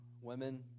Women